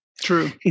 True